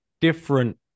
different